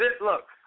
Look